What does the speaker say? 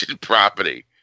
property